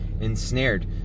ensnared